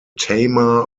tama